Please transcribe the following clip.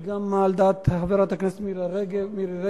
היא גם על דעת חברת הכנסת מירי רגב,